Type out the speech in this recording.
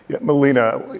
Melina